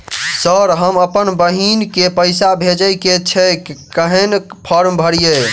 Sir हम अप्पन बहिन केँ पैसा भेजय केँ छै कहैन फार्म भरीय?